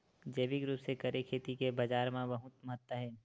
जैविक रूप से करे खेती के बाजार मा बहुत महत्ता हे